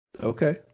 Okay